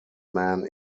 men